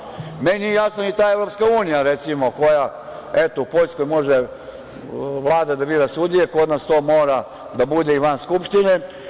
Meni nije jasno ni ta Evropska unija koja eto, u Poljskoj može Vlada da bira sudije, kod nas to mora da bude i van Skupštine.